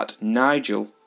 Nigel